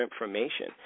information